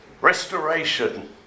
restoration